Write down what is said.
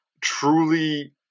truly